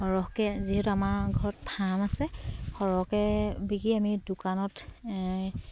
সৰহকে যিহেতু আমাৰ ঘৰত ফাৰ্ম আছে সৰহকে বিকি আমি দোকানত